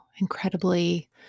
incredibly